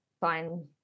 fine